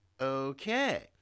okay